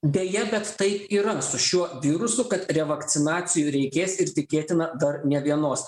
deja bet taip yra su šiuo virusu kad revakcinacijų reikės ir tikėtina dar ne vienos